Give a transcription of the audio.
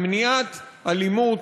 במניעת אלימות,